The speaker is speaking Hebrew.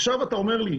עכשיו אתה אומר לי,